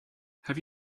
have